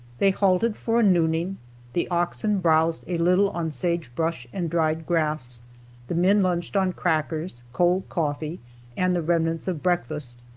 they halted for a nooning the oxen browsed a little on sage brush and dried grass the men lunched on crackers, cold coffee and the remnants of breakfast,